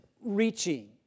reaching